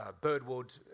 Birdwood